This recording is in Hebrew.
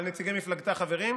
אבל נציגי מפלגתה חברים?